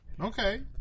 Okay